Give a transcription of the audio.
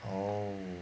oh